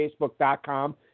Facebook.com